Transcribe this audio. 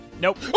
Nope